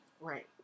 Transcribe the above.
right